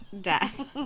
death